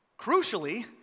crucially